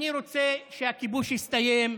אני רוצה שהכיבוש יסתיים,